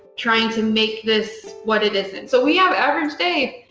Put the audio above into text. trying to make this what it isn't. so we have average day,